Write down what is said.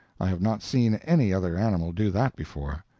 i have not seen any other animal do that before.